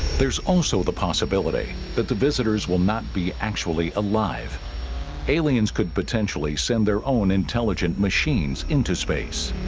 there's also the possibility that the visitors will not be actually alive aliens could potentially send their own intelligent machines into space